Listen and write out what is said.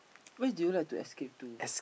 where do you like to escape to